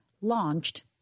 launched